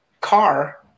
car